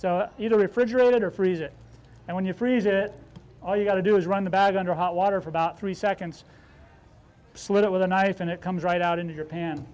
so you know refrigerator freezer and when you freeze it all you got to do is run the bag under hot water for about three seconds slit it with a knife and it comes right out into your pan